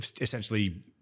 essentially